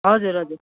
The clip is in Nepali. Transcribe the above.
हजुर हजुर